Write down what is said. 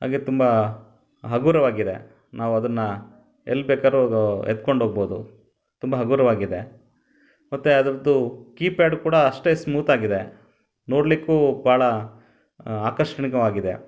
ಹಾಗೇ ತುಂಬ ಹಗುರವಾಗಿದೆ ನಾವು ಅದನ್ನ ಎಲ್ಲಿ ಬೇಕಾದ್ರು ಎತ್ಕೊಂಡು ಹೋಗ್ಬೋದು ತುಂಬ ಹಗುರವಾಗಿದೆ ಮತ್ತು ಅದ್ರದ್ದು ಕೀಪ್ಯಾಡ್ ಕೂಡ ಅಷ್ಟೇ ಸ್ಮೂತಾಗಿದೆ ನೋಡಲಿಕ್ಕೂ ಭಾಳ ಆಕರ್ಷಕವಾಗಿದೆ